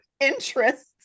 interests